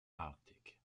arctic